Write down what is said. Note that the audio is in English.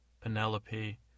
Penelope